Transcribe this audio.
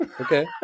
Okay